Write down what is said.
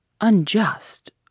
Unjust